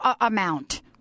amount